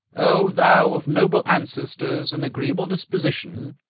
o thou of noble ancestors and agreeable disposition!